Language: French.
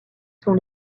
sont